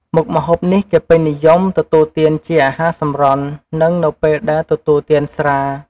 មុខម្ហូបនេះគេពេញនិយមទទួលទានជាអាហារសម្រន់ និងនៅពេលដែលទទួលទានស្រា។